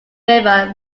river